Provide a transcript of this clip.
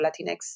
Latinx